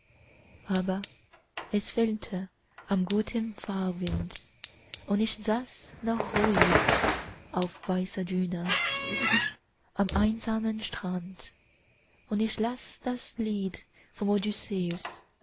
aber es fehlte an gutem fahrwind und ich saß noch ruhig auf weißer düne am einsamen strand und ich las das lied